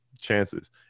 chances